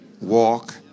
walk